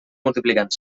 multiplicant